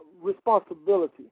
responsibility